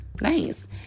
nice